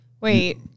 wait